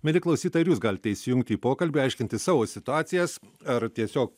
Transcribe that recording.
mieli klausytojai ir jūs galite įsijungti į pokalbį aiškintis savo situacijas ar tiesiog